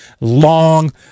long